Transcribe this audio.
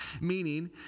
meaning